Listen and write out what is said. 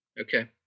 Okay